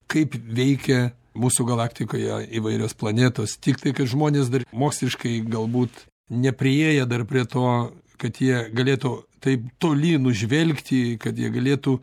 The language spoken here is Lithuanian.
kaip veikia mūsų galaktikoje įvairios planetos tiktai kad žmonės dar moksliškai galbūt nepriėję dar prie to kad jie galėtų taip toli nužvelgti kad jie galėtų